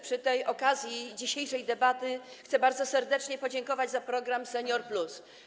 Przy okazji dzisiejszej debaty chcę bardzo serdecznie podziękować za program „Senior+”